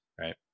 Right